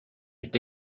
est